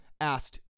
asked